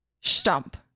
Stump